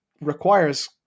requires